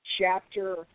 chapter